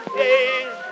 days